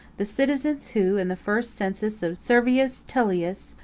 the citizens, who, in the first census of servius tullius,